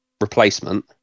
replacement